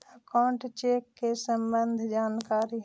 Account check के सम्बन्ध जानकारी?